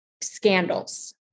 scandals